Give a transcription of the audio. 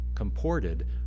Comported